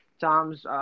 Tom's